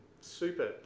super